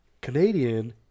Canadian